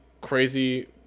crazy